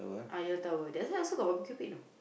ah ya tahu that's why still got barbecue pay you know